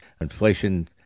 Inflation